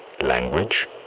Language